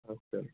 ਅੱਛਾ